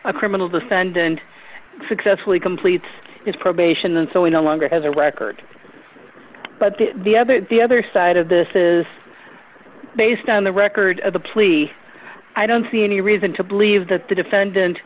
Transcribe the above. a criminal defendant successfully completes his probation and so we no longer have a record but the other the other side of this is based on the record of the plea i don't see any reason to believe that the defendant